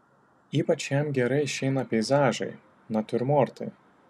ypač jam gerai išeina peizažai natiurmortai